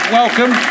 welcome